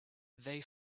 they